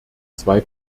zwei